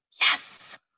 Yes